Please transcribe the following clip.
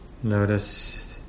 Notice